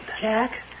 Jack